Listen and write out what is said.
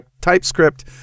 TypeScript